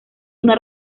una